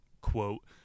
Quote